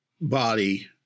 body